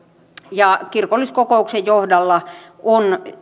ja kirkolliskokouksen johdolla on